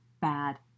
bad